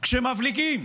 כשמבליגים